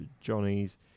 Johnny's